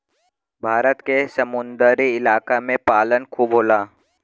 भारत के समुंदरी इलाका में पालन खूब होला